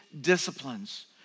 disciplines